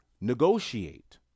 Negotiate